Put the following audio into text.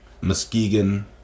Muskegon